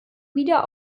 wieder